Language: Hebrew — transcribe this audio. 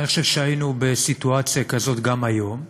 אני חושב שהיינו בסיטואציה כזאת גם היום.